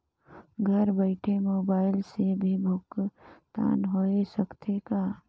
घर बइठे मोबाईल से भी भुगतान होय सकथे का?